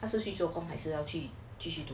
要去做工还是继续